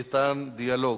שתכליתן דיון, שתכליתן דיאלוג,